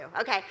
Okay